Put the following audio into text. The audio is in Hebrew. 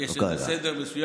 לא כרגע.